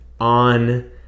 on